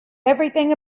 everything